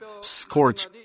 scorch